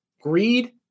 greed